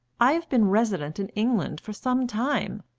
i have been resident in england for some time.